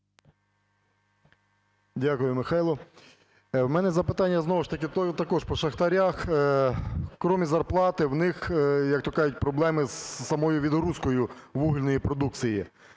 Дякую, Михайло. У мене запитання знову ж таки також по шахтарях. Крім зарплати, у них, як то кажуть, проблеми з самою відгрузкою вугільної продукції.